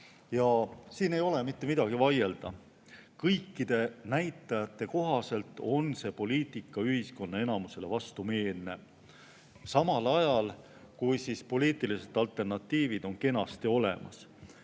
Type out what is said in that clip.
Siin ei ole mitte midagi vaielda. Kõikide näitajate kohaselt on see poliitika ühiskonna enamusele vastumeelne, samal ajal kui poliitilised alternatiivid on kenasti olemas.